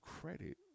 credit